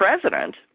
president